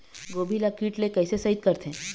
गोभी ल कीट ले कैसे सइत करथे?